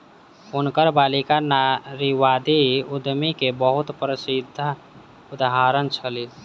हुनकर बालिका नारीवादी उद्यमी के बहुत प्रसिद्ध उदाहरण छली